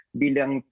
bilang